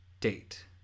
date